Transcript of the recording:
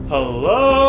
Hello